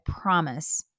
promise